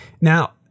Now